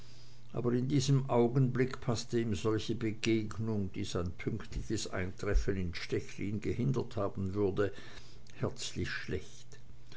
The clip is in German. aber in diesem augenblick paßte ihm solche begegnung die sein pünktliches eintreffen in stechlin gehindert haben würde herzlich schlecht